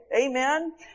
amen